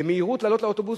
במהירות לעלות לאוטובוס,